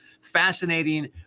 fascinating